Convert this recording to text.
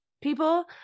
people